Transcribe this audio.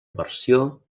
versió